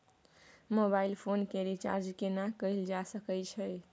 Mobile phone के रिचार्ज केना कैल जा सकै छै?